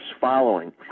following